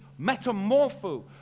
metamorpho